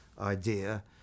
idea